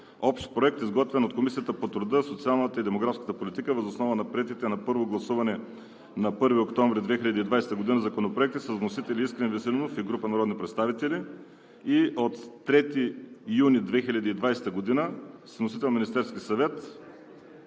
Общ проект, изготвен от Комисията по труда, социалната и демографската политика въз основа на приетите на първо гласуване на 1 октомври 2020 г. законопроекти с вносители Искрен Веселинов и група народни представители на 3 юни 2020 г. и Министерският съвет